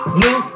new